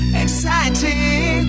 exciting